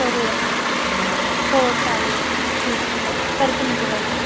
करूया हो चालेल चालेल ठीक आहे हो करते मी तुला कॉल